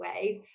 ways